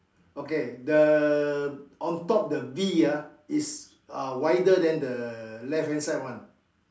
okay the on top the B ah is uh wider then the left hand side one